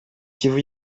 kivu